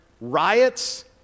riots